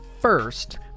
first